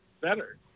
Better